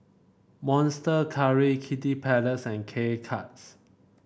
Monster Curry Kiddy Palace and K Cuts